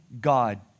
God